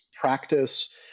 practice